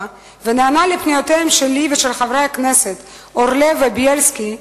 ונענה לפניות שלי ושל חברי הכנסת אורלב ובילסקי,